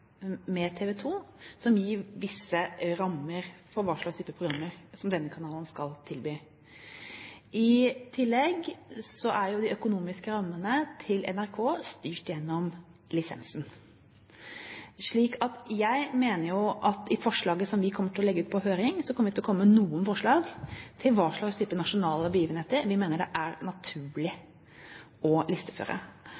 med TV 2 som gir visse rammer for hva slags type programmer som denne kanalen skal tilby. I tillegg er de økonomiske rammene til NRK styrt gjennom lisensen. I det forslaget som vi kommer til å legge ut på høring, kommer vi med noen forslag til hva slags type nasjonale begivenheter vi mener det er naturlig